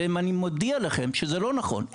ואני מודיע לכם שזה לא נכון.